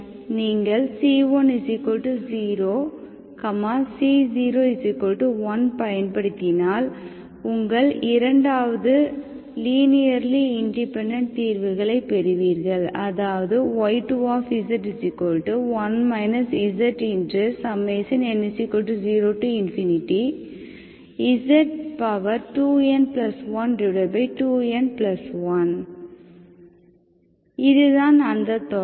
நீங்கள் c1 0 c0 1 பயன்படுத்தினால் உங்கள் 2வது லீனியர்லி இண்டிபெண்டெண்ட் தீர்வுகளைப் பெறுவீர்கள் அதாவது y21 zn0z2n12n1 இதுதான் அந்த தொடர்